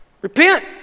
Repent